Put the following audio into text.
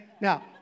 Now